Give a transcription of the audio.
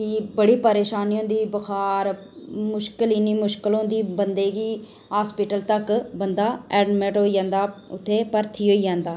बड़ी परेशानी होंदी बुखार मुश्कल इन्नी मुश्कल होंदी बंदे गी कि हॉस्पिटल तक्क बंदा एडमिट होई जंदा उत्थै भर्थी होई जंदा